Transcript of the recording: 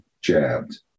jabbed